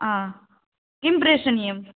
किं प्रेषणीयं